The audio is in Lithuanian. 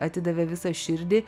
atidavė visą širdį